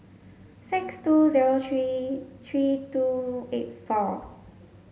six two zero three three two eight four